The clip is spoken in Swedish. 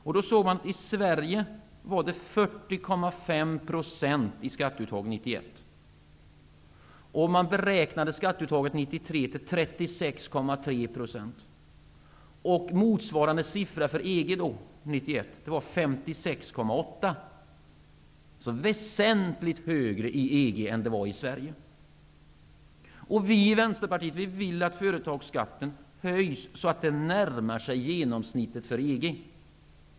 I Sverige var skatteuttaget Vi i Vänsterpartiet vill att företagsskatten höjs så att den närmar sig genomsnittet för EG.